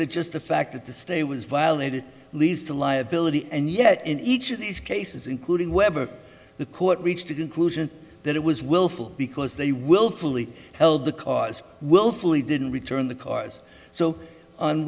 that just the fact that the stay was violated leads to liability and yet in each of these cases including weber the court reached the conclusion that it was willful because they willfully held the cause willfully didn't return the cards so on